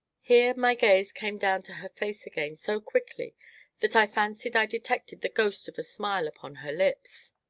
here my gaze came down to her face again so quickly that i fancied i detected the ghost of a smile upon her lips.